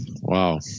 wow